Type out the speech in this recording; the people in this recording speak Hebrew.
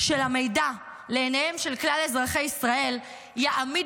של המידע לעיניהם של כלל אזרחי ישראל יעמיד